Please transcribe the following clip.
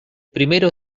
primero